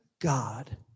God